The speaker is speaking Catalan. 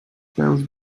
peus